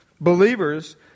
believers